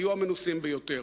ויהיו המנוסים ביותר.